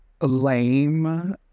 lame